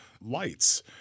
lights